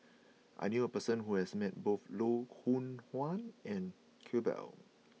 I knew a person who has met both Loh Hoong Kwan and Iqbal